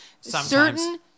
certain